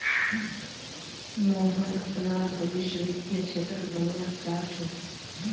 मोहन अपनार भवीस वित्तीय क्षेत्रत बनवा चाह छ